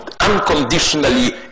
unconditionally